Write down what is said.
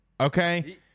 Okay